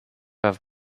have